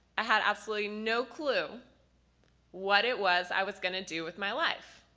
i had absolutely no clue what it was i was going to do with my life.